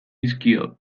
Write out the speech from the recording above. dizkio